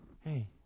Hey